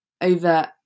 over